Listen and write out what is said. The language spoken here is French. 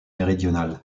méridionale